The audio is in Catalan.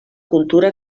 cultura